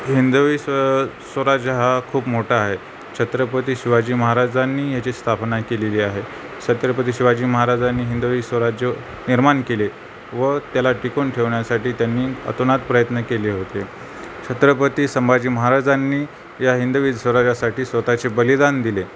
हिंदवी स् स्वराज्य हा खूप मोठा आहे छत्रपती शिवाजी महाराजांनी या्ची स्थापना केलेली आहे छत्रपती शिवाजी महाराजांनी हिंदवी स्वराज्य निर्माण केले व त्याला टिकून ठेवण्यासाठी त्यांनी अतोनात प्रयत्न केले होते छत्रपती संभाजी महाराजांनी या हिंदवी स्वराजासाठी स्वतःचे बलिदान दिले